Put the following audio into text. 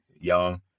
young